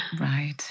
Right